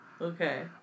Okay